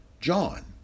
John